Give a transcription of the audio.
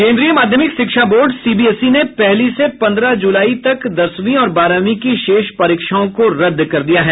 केन्द्रीय माध्यमिक शिक्षा बोर्ड सीबीएसई ने पहली से पंद्रह जुलाई तक दसवीं और बारहवीं की शेष परीक्षाओं को रद्द कर दिया है